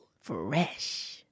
Fresh